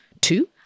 two